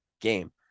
game